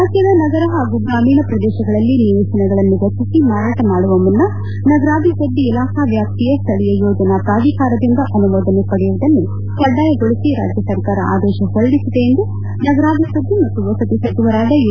ರಾಜ್ಯದ ನಗರ ಹಾಗೂ ಗ್ರಾಮೀಣ ಪ್ರದೇಶಗಳಲ್ಲಿ ನಿವೇಶಗಳನ್ನು ರಚಿಸಿ ಮಾರಾಟ ಮಾಡುವ ಮುನ್ನ ನಗರಾಭಿವೃದ್ದಿ ಇಲಾಖಾ ವ್ಯಾಪ್ತಿಯ ಸ್ಥಳೀಯ ಯೋಜನಾ ಪ್ರಾಧಿಕಾರದಿಂದ ಅನುಮೋದನೆ ಪಡೆಯುವುದನ್ನು ಕಡ್ಡಾಯಗೊಳಿಸಿ ರಾಜ್ಯ ಸರ್ಕಾರ ಆದೇಶ ಹೊರಡಿಸಿದೆ ಎಂದು ನಗರಾಭಿವ್ವದ್ದಿ ಮತ್ತು ವಸತಿ ಸಚಿವರಾದ ಯು